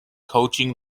coaching